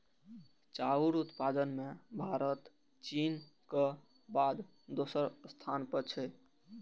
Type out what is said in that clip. चाउर उत्पादन मे भारत चीनक बाद दोसर स्थान पर छै